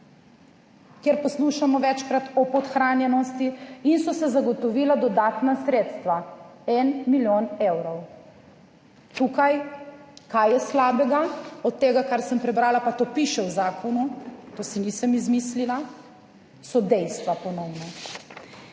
kjer poslušamo večkrat o podhranjenosti in so se zagotovila dodatna sredstva, en milijon evrov tukaj. Kaj je slabega od tega, kar sem prebrala? Pa to piše v zakonu, to si nisem izmislila, so dejstva ponovno.